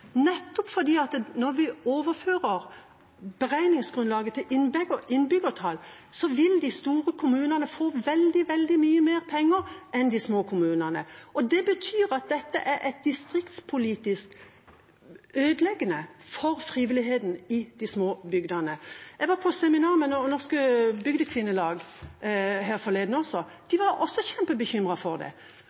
når vi overfører beregningsgrunnlaget til innbyggertall, vil de store kommunene få veldig mye mer penger enn de små kommunene. Og det betyr at dette er distriktspolitisk ødeleggende for frivilligheten i de små bygdene. Jeg var på seminar med Norges bygdekvinnelag her forleden, og de var også kjempebekymret for dette. Mennesker som driver med frivillighetsarbeid i små kommuner, sier at dette er ødeleggende for